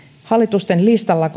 hallitusten listalla